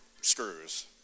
screws